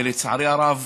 ולצערי הרב,